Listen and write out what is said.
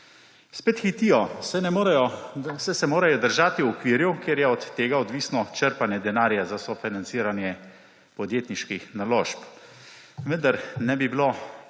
Spet hitijo, saj se morajo držati okvirov, ker je od tega odvisno črpanje denarja za sofinanciranje podjetniških naložb. Vendar ne bi bilo